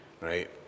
right